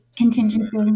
contingency